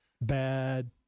Bad